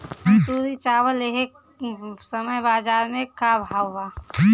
मंसूरी चावल एह समय बजार में का भाव बा?